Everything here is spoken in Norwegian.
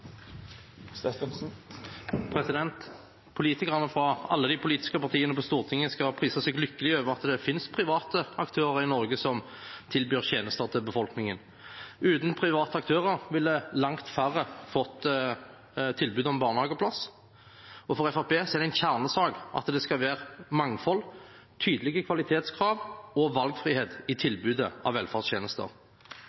Politikerne fra alle de politiske partiene på Stortinget skal prise seg lykkelig over at det finnes private aktører i Norge som tilbyr tjenester til befolkningen. Uten private aktører ville langt færre fått tilbud om barnehageplass, og for Fremskrittspartiet er det en kjernesak at det skal være mangfold, tydelige kvalitetskrav og valgfrihet i